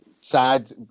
sad